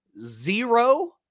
zero